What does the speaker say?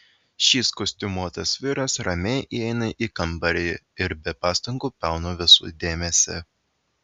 šis kostiumuotas vyras ramiai įeina į kambarį ir be pastangų pelno visų dėmesį